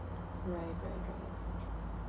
right right right